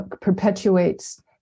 perpetuates